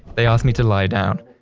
they asked me to lie down.